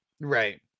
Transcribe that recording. right